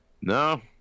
No